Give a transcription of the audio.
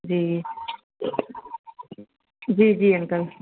जी जी जी अंकल